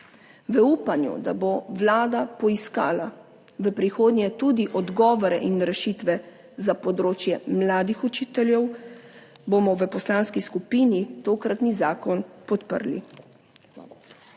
V upanju, da bo Vlada poiskala v prihodnje tudi odgovore in rešitve za področje mladih učiteljev, bomo v poslanski skupini tokratni zakon podprli.